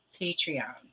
Patreon